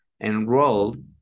enrolled